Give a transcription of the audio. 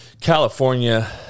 California